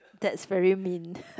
that's very mean